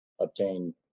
obtain